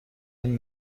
این